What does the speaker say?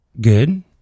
Good